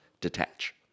detach